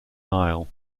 nile